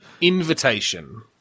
Invitation